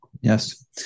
Yes